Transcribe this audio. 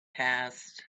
passed